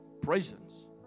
presence